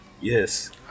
Yes